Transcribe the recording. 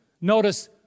Notice